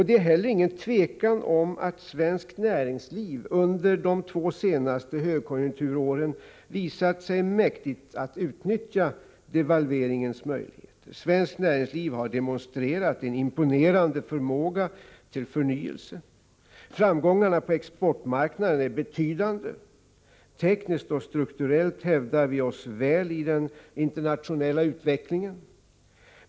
Det är heller inget tvivel om att svenskt näringsliv under de två senaste högkonjunkturåren har visat sig mäktigt att utnyttja devalveringens möjligheter. Svenskt näringsliv har demonstrerat en imponerande förmåga till förnyelse. Framgångarna på exportmarknaden är betydande. Tekniskt och strukturellt hävdar vi oss väl i den internationella utvecklingen.